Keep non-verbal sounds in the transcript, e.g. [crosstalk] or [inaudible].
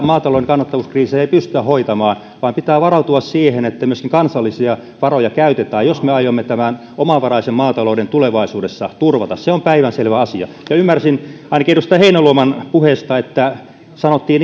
maatalouden kannattavuuskriisiä ei pystytä hoitamaan vaan pitää varautua siihen että myöskin kansallisia varoja käytetään jos me aiomme tämän omavaraisen maatalouden tulevaisuudessa turvata se on päivänselvä asia ja ymmärsin ainakin edustaja heinäluoman puheesta että sanottiin [unintelligible]